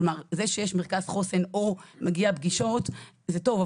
זה שיש מרכז חוסן ויש פגישות זה טוב,